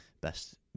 best